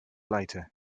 lighter